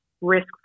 risk